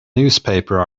newspaper